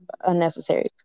unnecessary